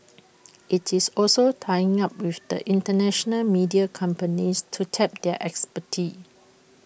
IT is also tying up with the International media companies to tap their expertise